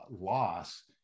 loss